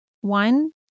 One